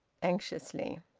anxiously.